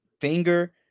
finger